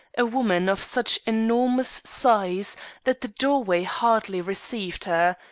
a woman, of such enormous size that the doorway hardly received her.